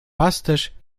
pasterz